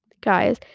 guys